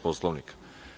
Poslovnika?